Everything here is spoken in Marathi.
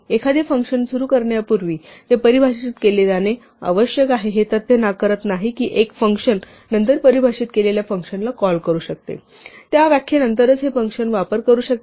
एखादे फंक्शन सुरू करण्यापूर्वी ते परिभाषित केले जाणे आवश्यक आहे हे तथ्य नाकारत नाही की एक फंक्शन नंतर परिभाषित केलेल्या फंक्शनला कॉल करू शकते त्या व्याख्येनंतरच हे फंक्शन वापर करू शकते